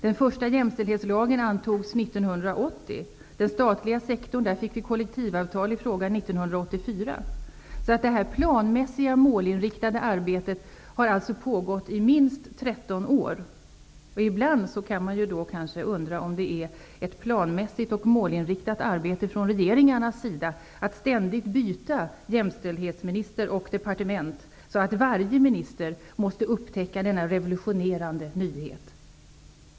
Den första jämställdhetslagen antogs 1980 och vad gäller den statliga sektorn kom ett kollektivavtal till stånd 1984. Det planmässiga, målinriktade arbetet har alltså pågått i minst 13 år. Ibland kan man kanske undra om det är ett planmässigt och målinriktat arbete från regeringarnas sida att ständigt byta jämställdhetsminister och departement så att varje minister måste upptäcka denna revolutionerade nyhet.